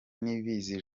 niyibizi